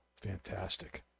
fantastic